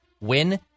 win